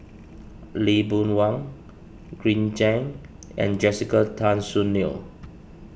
Lee Boon Wang Green Zeng and Jessica Tan Soon Neo